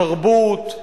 תרבות,